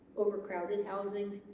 overcrowded housing